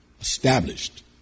established